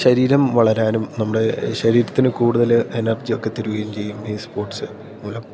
ശരീരം വളരാനും നമ്മുടെ ശരീരത്തിന് കൂടുതൽ എനർജി ഒക്കെ തരികയും ചെയ്യും ഈ സ്പോർട്സ് മൂലം